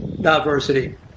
diversity